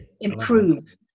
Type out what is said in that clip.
improve